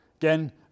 again